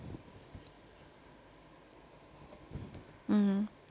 mmhmm